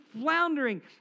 floundering